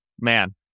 man